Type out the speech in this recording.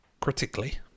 critically